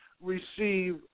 receive